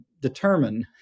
determine